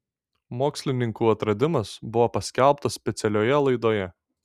mokslininkų atradimas buvo paskelbtas specialioje laidoje